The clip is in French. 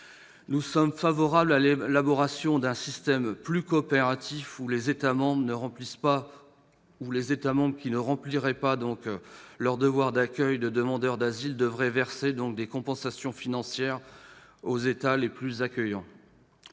Nous sommes favorables à l'élaboration d'un système plus coopératif, où les États membres ne remplissant pas leur devoir d'accueil de demandeurs d'asile devraient verser des compensations financières aux États les plus accueillants.